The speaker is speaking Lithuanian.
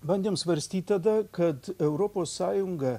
bandėm svarstyt tada kad europos sąjunga